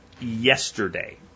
yesterday